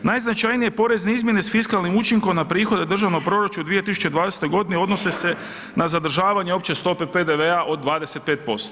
Najznačajnije porezne izmjene s fiskalnim učinkom na prihode u Državnom proračunu u 2020. godini odnose se na zadržavanje opće stope PDV-a od 25%